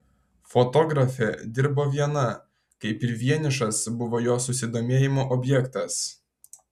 fotografė dirbo viena kaip ir vienišas buvo jos susidomėjimo objektas